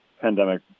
pandemic